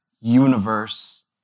universe